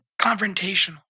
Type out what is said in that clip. confrontational